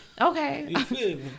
Okay